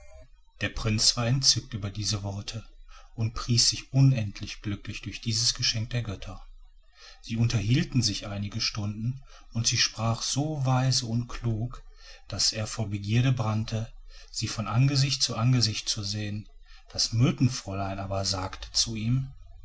der prinz war entzückt über diese worte und pries sich unendlich glücklich durch dies geschenk der götter sie unterhielten sich einige stunden und sie sprach so weise und klug daß er vor begierde brannte sie von angesicht zu angesicht zu sehen das myrtenfräulein aber sagte zu ihm